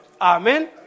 Amen